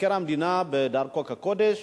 מבקר המדינה בדרכו כקודש